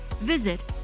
visit